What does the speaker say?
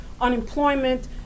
unemployment